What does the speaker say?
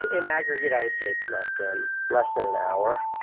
in aggregate, i would say it's less than less than an hour.